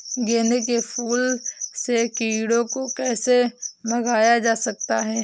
गेंदे के फूल से कीड़ों को कैसे भगाया जा सकता है?